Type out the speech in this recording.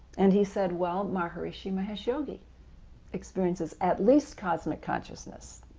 and he said, well, maharishi mahesh yogi experiences at least cosmic consciousness.